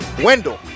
Wendell